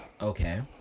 Okay